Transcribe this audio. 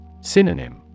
Synonym